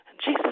Jesus